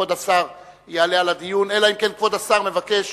כבוד השר יעלה להשיב, אלא אם כן כבוד השר מבקש